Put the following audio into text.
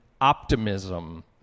optimism